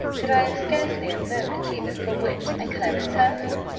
that i have scarcely a moment even for wit and clarence hervey.